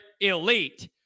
elite